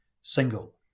single